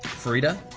frida,